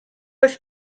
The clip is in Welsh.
oedd